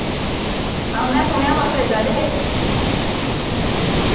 हां में सुनेआ तुस बेचा दे हे